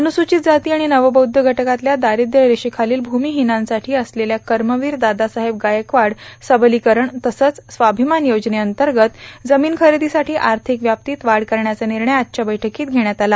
अनुसूचित जाती आणि नवबौद्ध घटकातल्या दारिद्र्य रेषेखालील भूमिहिनांसाठी असलेल्या कर्मवीर दादासाहेब गायकवाड सबलीकरण तसंच स्वाभिमान योजनेअंतर्गत जमीन खरेदीसाठी आर्थिक व्याप्तीत वाढ करण्याचा निर्णय आजच्या बैठकीत घेण्यात आला